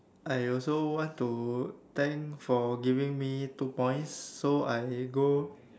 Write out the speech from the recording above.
I also want to thank for giving me two points so I go